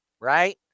right